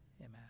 Amen